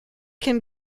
can